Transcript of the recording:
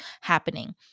happening